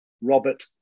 Robert